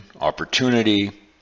opportunity